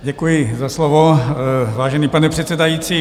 Děkuji za slovo, vážený pane předsedající.